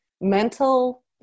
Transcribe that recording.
mental